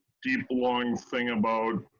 deep, long thing about